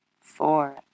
Four